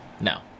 No